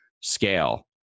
scale